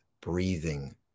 breathing